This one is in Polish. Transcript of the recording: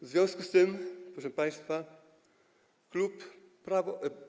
W związku z tym, proszę państwa, klub Prawo.